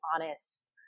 honest